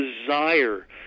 desire